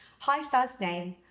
hi first name.